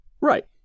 right